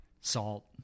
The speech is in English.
salt